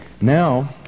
now